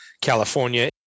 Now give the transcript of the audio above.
California